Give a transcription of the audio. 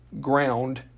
ground